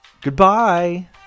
Goodbye